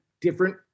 different